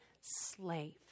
slave